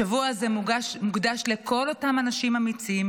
השבוע הזה מוקדש לכל אותם אנשים אמיצים,